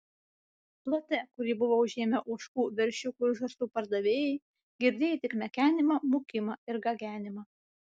plote kurį buvo užėmę ožkų veršiukų ir žąsų pardavėjai girdėjai tik mekenimą mūkimą ir gagenimą